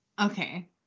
Okay